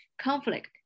conflict